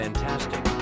Fantastic